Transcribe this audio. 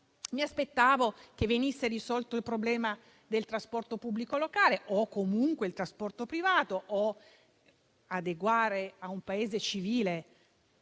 Mi aspettavo che venisse risolto il problema del trasporto pubblico locale, o comunque del trasporto privato, o che si adeguasse il